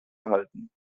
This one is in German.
erhalten